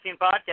podcast